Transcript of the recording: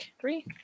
three